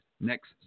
next